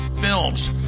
films